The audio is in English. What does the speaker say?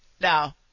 Now